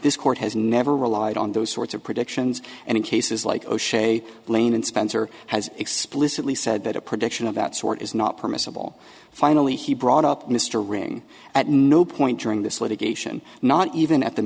this court has never relied on those sorts of predictions and in cases like o'shea lane and spencer has explicitly said that a prediction of that sort is not permissible finally he brought up mr ring at no point during this litigation not even at the